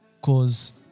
Cause